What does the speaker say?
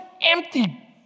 empty